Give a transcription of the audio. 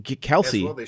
Kelsey